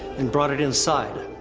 and brought it inside.